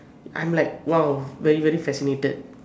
I'm like !wow! very very fascinated